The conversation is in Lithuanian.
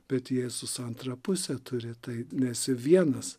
bet jėzus antrą pusę turi tai nesi vienas